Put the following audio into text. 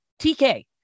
TK